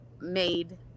made